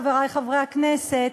חברי חברי הכנסת,